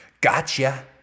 Gotcha